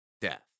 death